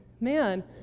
man